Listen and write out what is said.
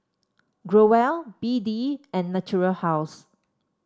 Growell B D and Natura House